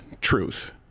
truth